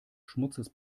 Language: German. schmutzes